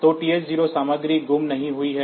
तो TH 0 सामग्री गुम नहीं हुई है